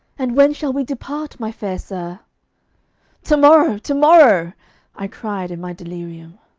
and when shall we depart, my fair sir to-morrow! to-morrow i cried in my delirium.